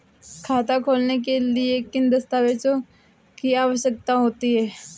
खाता खोलने के लिए किन दस्तावेजों की आवश्यकता होती है?